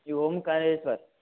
जी Omkareshwar